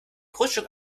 grundstück